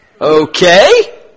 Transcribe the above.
Okay